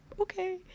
okay